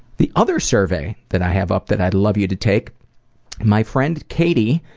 the other survey that i have up that i'd love you to take my friend katie,